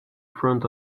front